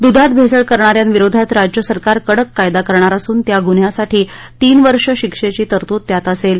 दूधात भेसळ करणाऱ्यांविरोधात राज्य सरकार कडक कायदा करणार असून या गुन्ह्यासाठी तीन वर्ष शिक्षेची तरतूद त्यात असेल